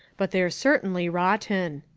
but they're certainly rotten.